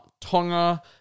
Tonga